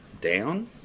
down